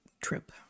Trip